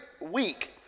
week